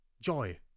joy